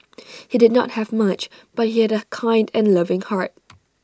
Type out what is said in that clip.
he did not have much but he had A kind and loving heart